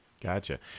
Gotcha